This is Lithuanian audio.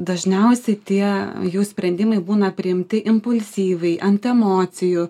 dažniausiai tie jų sprendimai būna priimti impulsyviai ant emocijų